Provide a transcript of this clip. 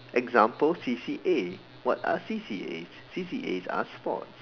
example C_C_A what are C_C_A C_C_As are sports